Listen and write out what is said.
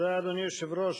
אדוני היושב-ראש,